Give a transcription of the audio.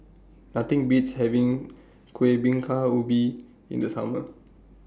Nothing Beats having Kueh Bingka Ubi in The Summer